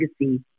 legacy